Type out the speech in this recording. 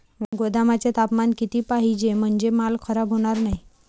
गोदामाचे तापमान किती पाहिजे? म्हणजे माल खराब होणार नाही?